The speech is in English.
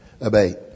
Abate